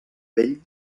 vell